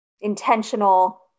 intentional